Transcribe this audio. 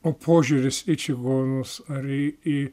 o požiūris į čigonus ar į į